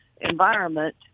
environment